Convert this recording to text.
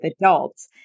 adults